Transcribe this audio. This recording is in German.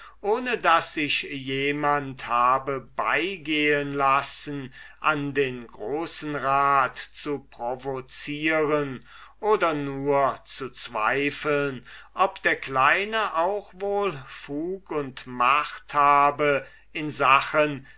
ohne daß sich jemand habe beigehen lassen an den großen rat zu provocieren oder nur zu zweifeln ob der kleine auch wohl fug und macht habe in sachen